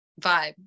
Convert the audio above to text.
vibe